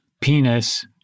penis